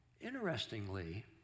Interestingly